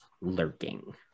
lurking